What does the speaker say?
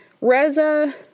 Reza